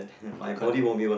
you can't